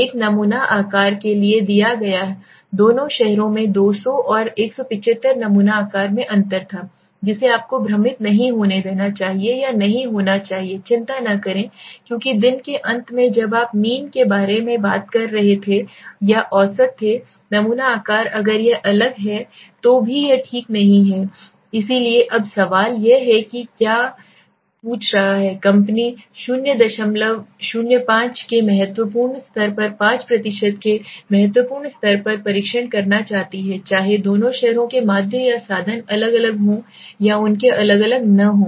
N नमूना आकार के लिए लिया गया दोनों शहरों में 200 और 175 नमूना आकार में अंतर था जिसे आपको भ्रमित नहीं होना चाहिए या नहीं होना चाहिए चिंता न करें क्योंकि दिन के अंत में जब आप मीन के बारे में बात कर रहे थे या औसत थे नमूना आकार अगर यह अलग है तो भी यह ठीक नहीं है इसलिए अब सवाल यह है कि वह क्या पूछ रहा है कंपनी 005 के महत्वपूर्ण स्तर पर 5 प्रतिशत के महत्वपूर्ण स्तर पर परीक्षण करना चाहती है चाहे दोनों शहरों के माध्य या साधन अलग अलग हों या उनके अलग अलग न हों